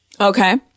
Okay